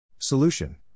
Solution